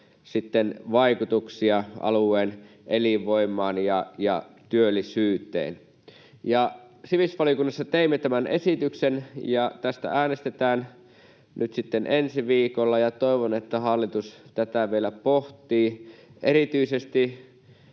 vaikutuksia alueen elinvoimaan ja työllisyyteen. Sivistysvaliokunnassa teimme tämän esityksen, ja tästä äänestetään nyt sitten ensi viikolla, ja toivon, että hallitus tätä vielä pohtii. Erityisesti